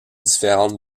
différente